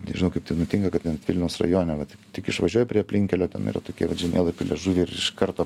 nežinau kaip tai nutinka kad net vilniaus rajone vat tik išvažiuoji prie aplinkkelio ten yra tokie vat žemėlapy liežuviai ir iš karto